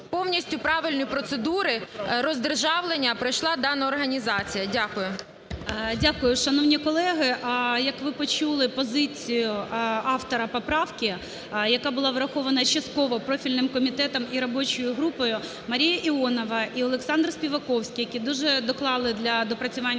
повністю правильні процедури роздержавлення пройшла дана організація. Дякую. ГОЛОВУЮЧИЙ. Дякую, шановні колеги. Як ви почули позицію автора поправки, яка була врахована частково профільним комітетом і робочою групою, Марія Іонова і Олександр Співаковський, які дуже доклали для доопрацювання